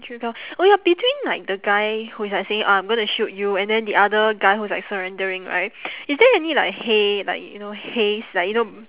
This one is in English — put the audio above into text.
oh ya between like the guy who is like saying oh I'm gonna shoot you and then the other guy who is like surrendering right is there any like hay like you know hays like you know